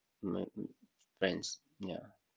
my friends yeah